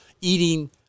eating